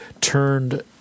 turned